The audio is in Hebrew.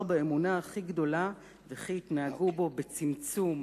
באמונה הכי גדולה וכי יתנהגו בו בצמצום,